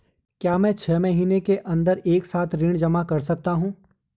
क्या मैं छः महीने के अन्दर एक साथ ऋण जमा कर सकता हूँ?